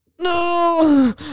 No